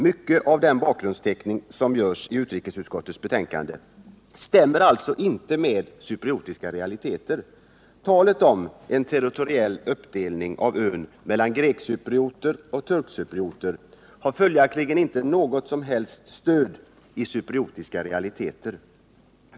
Mycket av den bakgrundsteckning som görs i utrikesutskottets betänkande stämmer alltså inte med cypriotiska realiteter. Talet om ”en territoriell uppdelning” av ön mellan grekcyprioter och turkcyprioter har följaktligen inte heller något stöd i cypriotiska realiteter.